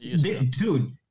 Dude